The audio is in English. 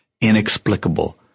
inexplicable